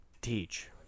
Teach